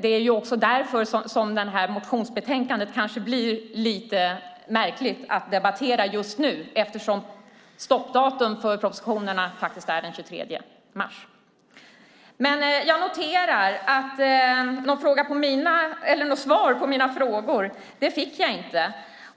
Det är också därför som motionsbetänkandet blir märkligt att debattera just nu, eftersom stoppdatum för propositionerna är den 23 mars. Jag noterar att jag inte fick något svar på mina frågor.